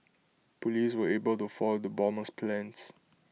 Police were able to foil the bomber's plans